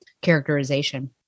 characterization